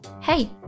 hey